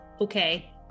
okay